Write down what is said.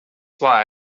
why